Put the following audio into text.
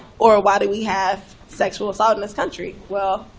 or why do we have sexual assault in this country? well,